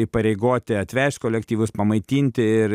įpareigoti atvežt kolektyvus pamaitinti ir